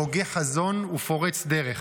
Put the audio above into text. הוגה חזון ופורץ דרך.